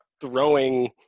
throwing